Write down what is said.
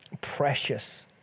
precious